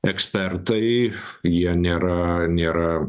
ekspertai jie nėra nėra